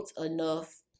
enough